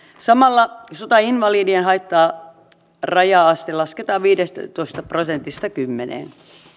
samalla sotainvalidien haittaraja aste lasketaan viidestätoista prosentista kymmeneen